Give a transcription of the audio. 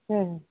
ᱦᱮᱸ